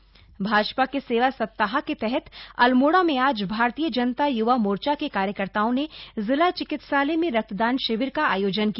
सेवा सप्ताह भाजपा के सेवा सप्ताह के तहत अल्मोड़ा में आज भारतीय जनता युवा मोर्चा के कार्यकर्ताओं ने जिला चिकित्सालय में रक्तदान शिविर का आयोजन किया